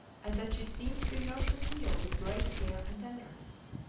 and that she seemed to be nursing leo with great care and tenderness.